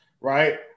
right